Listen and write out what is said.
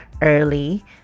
early